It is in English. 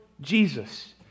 Jesus